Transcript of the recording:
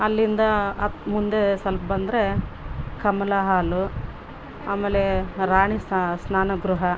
ಅಲ್ಲಿಂದ ಅಪ್ ಮುಂದೆ ಸೊಲ್ಪ ಬಂದರೆ ಕಮಲ ಹಾಲು ಆಮೇಲೆ ರಾಣಿ ಸ್ನಾನಗೃಹ